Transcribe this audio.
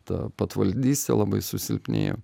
ta patvaldystė labai susilpnėjo